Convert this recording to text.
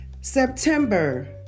September